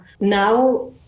now